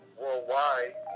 worldwide